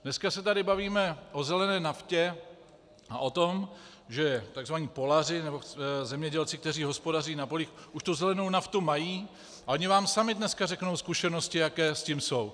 Dneska se tady bavíme o zelené naftě a o tom, že tzv. polaři, nebo zemědělci, kteří hospodaří na polích, už tu zelenou naftu mají, a oni vám sami řeknou zkušenosti, jaké s tím jsou.